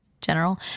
general